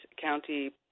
county